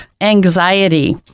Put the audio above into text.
anxiety